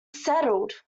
settled